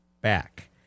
back